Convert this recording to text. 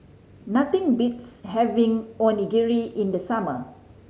nothing beats having Onigiri in the summer